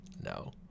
No